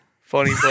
funny